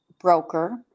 broker